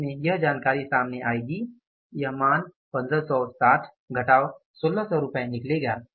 अंत में यह जानकारी सामने आएगी यह मान 1560 घटाव 1600 रुपए निकलेगा